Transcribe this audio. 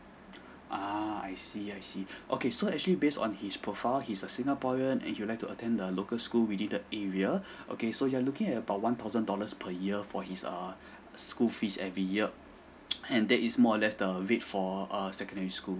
uh I see I see okay so actually based on his profile he's a singaporean and he would like to attend the local school within the area okay so you are looking at about one thousand dollars per year for his err school fees every year and that is more less the rate for err secondary school